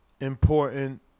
important